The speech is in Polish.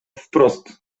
wprost